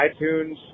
iTunes